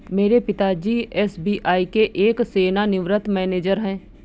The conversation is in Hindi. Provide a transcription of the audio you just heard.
मेरे पिता जी एस.बी.आई के एक सेवानिवृत मैनेजर है